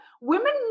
women